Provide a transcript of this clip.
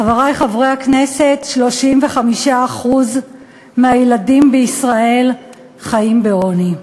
חברי חברי הכנסת, 35% מהילדים בישראל חיים בעוני.